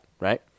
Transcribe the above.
right